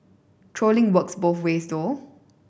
trolling works both ways though